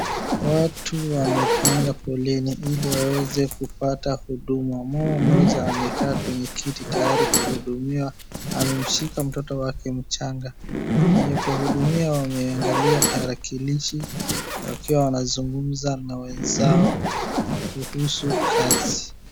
Watu wamepanga foleni ili waweze kupata huduma. Mama mmoja amekaa kwenye kiti tayari kuhudumiwa. Amemshika mtoto wake mchanga. Wenye kuhudumia wameangalia tarakilishi wakiwa wanazungumza na wenzao kuhusu kazi.